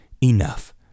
enough